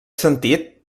sentit